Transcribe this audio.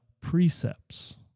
precepts